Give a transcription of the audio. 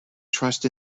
trust